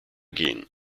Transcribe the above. gehen